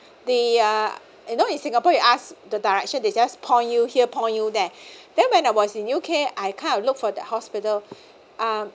they are you know in singapore you ask the direction they just point you here point you there then when I was in U_K I kind of look for the hospital um